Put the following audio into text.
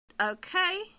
Okay